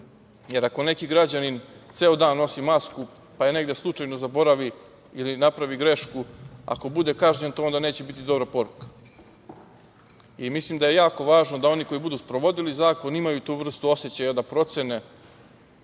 Jer, ako neki građanin ceo dan nosi masku, pa je negde slučajno zaboravi ili napravi grešku, ako bude kažnjen to onda neće biti dobra poruka. I mislim da je jako važno da oni koji budu sprovodili zakon imaju tu vrstu osećaja da procene